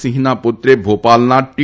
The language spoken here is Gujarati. સિંહના પુત્રે ભોપાલના ટી